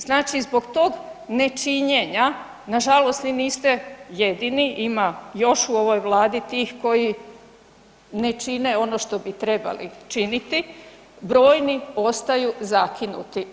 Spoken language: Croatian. Znači zbog tog nečinjenja, nažalost vi niste jedini ima još u ovoj vladi tih koji ne čine ono što bi trebali činiti, brojni ostaju zakinuti.